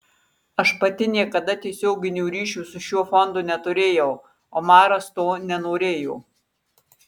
aš pati niekada tiesioginių ryšių su šiuo fondu neturėjau omaras to nenorėjo